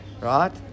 right